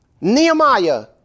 Nehemiah